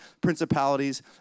principalities